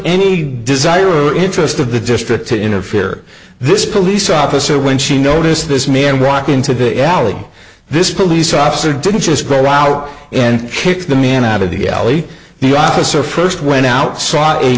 any desire or interest of the district to interfere this police officer when she noticed this me and walk into the alley this police officer didn't just go out and kick the man out of the alley the officer first went out